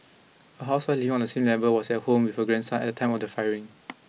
a housewife living on the same level was at home with her grandson at the time of the firing